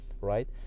right